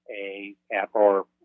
a—or